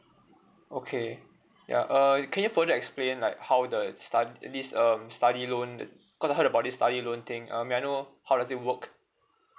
okay ya err you can you further explain like how the star this um study loan the cause I heard about this study loan thing um may I know how does it work